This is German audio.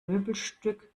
möbelstück